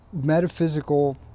metaphysical